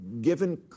given